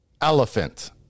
elephant